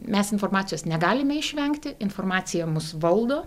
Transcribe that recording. mes informacijos negalime išvengti informacija mus valdo